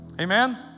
Amen